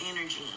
energy